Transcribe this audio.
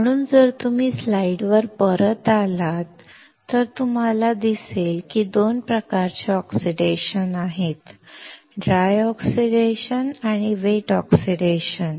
म्हणून जर तुम्ही स्लाइडवर परत आलात तर तुम्हाला दिसेल की 2 प्रकारचे ऑक्सिडेशन आहेत ड्राय ऑक्सिडेशन आणि वेट ऑक्सिडेशन